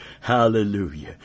Hallelujah